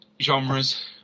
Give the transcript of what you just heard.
genres